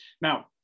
now